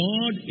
God